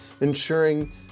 ensuring